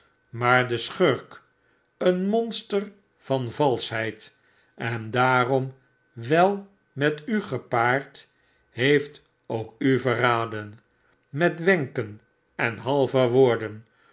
maar deschurk een monster van valschheid en daarom wel met u gepaard heeft k u verraden met wenken en halve woorden